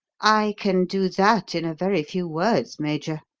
i can do that in a very few words, major,